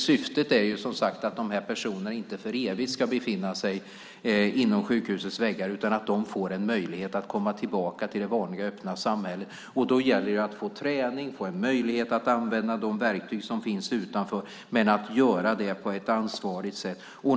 Syftet är som sagt att dessa personer inte ska befinna sig inom sjukhusets väggar för evigt utan de ska få en möjligt att komma tillbaka till det vanliga, öppna samhället. Då gäller det att få träning och möjligheter att använda de verktyg som finns utanför, men det ska göras på ett ansvarsfullt sätt.